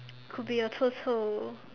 could be your 臭臭